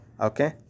okay